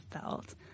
felt